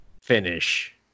finish